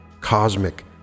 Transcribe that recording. cosmic